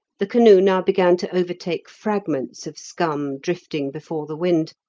the canoe now began to overtake fragments of scum drifting before the wind,